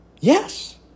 Yes